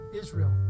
Israel